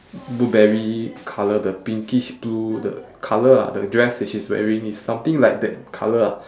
blueberry colour the pinkish blue the colour ah the dress that she's wearing is something like that colour ah